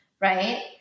right